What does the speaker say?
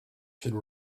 should